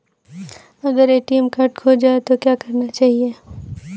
अगर ATM card खो जाए तो क्या करना चाहिए?